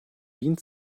wien